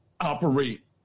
operate